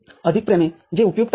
अधिक प्रमेय जे उपयुक्त आहे